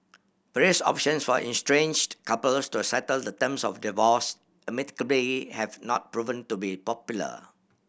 various options for estranged couples to settle the terms of divorce amicably have not proven to be popular